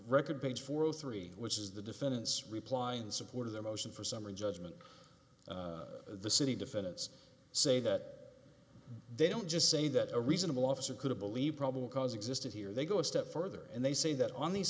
record page for all three which is the defendant's reply in support of the motion for summary judgment of the city defendants say that they don't just say that a reasonable officer could have believed probable cause existed here they go a step further and they say that on these